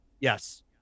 Yes